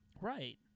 right